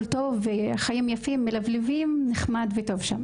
טוב והחיים יפים ומלבלבים נחמד וטוב שם,